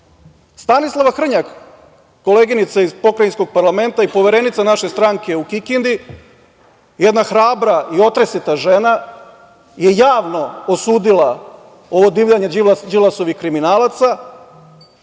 kriminalce. Stanislava Hrnjak, koleginica iz Pokrajinskog parlamenta i poverenica naše stranke u Kikindi, jedna hrabra i otresita žena je javno osudila ovo divljanje Đilasovih kriminalaca